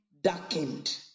darkened